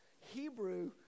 Hebrew